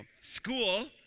School